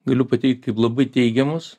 galiu pateikt kaip labai teigiamus